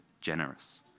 generous